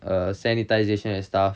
uh sanitisation and stuff